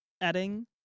adding